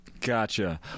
Gotcha